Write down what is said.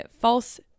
false